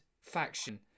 faction